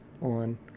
on